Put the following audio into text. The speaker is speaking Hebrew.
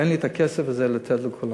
אין לי הכסף הזה לתת לכולם.